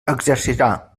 exercirà